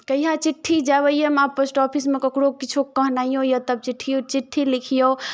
तहिया चिट्ठी जाय आबैयोमे आब पोस्टऑफिसमे ककरो किछो कहनाइयो यऽ तऽ सब चिट्ठी लिखियो